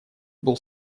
был